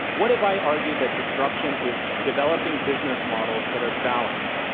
what if i argued that disruption is developing business models that are balanced,